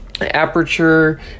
aperture